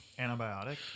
antibiotic